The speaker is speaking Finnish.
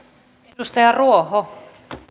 arvoisa